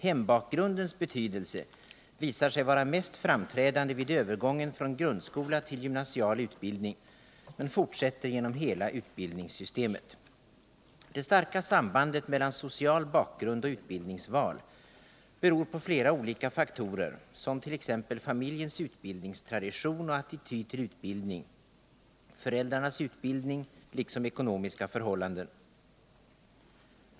Hembakgrundens betydelse visar sig vara mest framträdande vid övergången från grundskola till gymnasial utbildning, men fortsätter genom hela utbildningssystemet. Det starka sambandet mellan social bakgrund och utbildningsval beror på flera olika faktorer, t.ex. familjens utbildningstradition och attityd till utbildning, föräldrarnas utbildning liksom ekonomiska förhållanden.